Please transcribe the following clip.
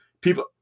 People